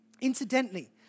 Incidentally